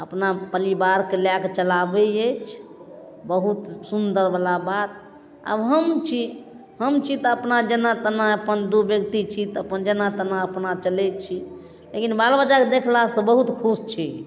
अपना परिवारके लऽ कऽ चलाबै अछि बहुत सुन्दरवला बात आब हम छी हम छी तऽ अपना जेना तेना अपन दुइ बेकति छी तऽ जेना तेना अपना चलै छी लेकिन बाल बच्चाके देखलासँ बहुत खुश छी